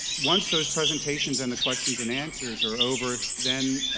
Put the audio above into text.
once those presentations and the questions and answers are over, then